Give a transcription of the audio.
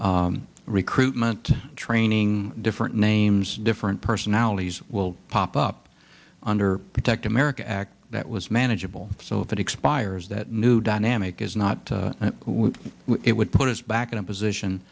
recruitment training different names different personalities will pop up under protect america act that was manageable so if it expires that new dynamic is not it would put us back in a position